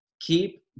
keep